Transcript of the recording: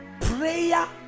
prayer